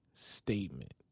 statement